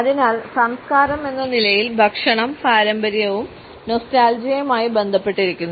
അതിനാൽ സംസ്കാരമെന്ന നിലയിൽ ഭക്ഷണം പാരമ്പര്യവും നൊസ്റ്റാൾജിയയുമായി ബന്ധപ്പെട്ടിരിക്കുന്നു